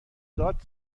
داد